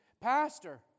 Pastor